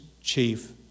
chief